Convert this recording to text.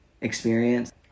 experience